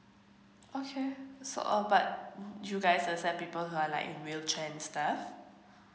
okay so um but you guys accept people who are like in wheelchair and stuff